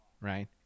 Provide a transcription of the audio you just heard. right